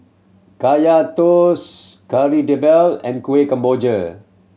Kaya Toast Kari Debal and Kuih Kemboja